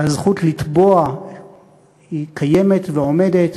והזכות לתבוע קיימת ועומדת,